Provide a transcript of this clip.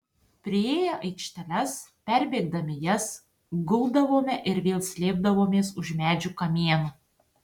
priėję aikšteles perbėgdami jas guldavome ir vėl slėpdavomės už medžių kamienų